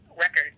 record